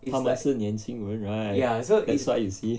他们是年轻人 right that's what you see